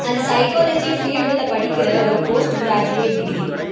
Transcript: அது சைக்காலஜி ஃபீல்டில் படிக்கிற ஒரு போஸ்ட் க்ராஜுவேட் டிகிரி